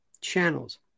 channels